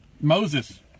Moses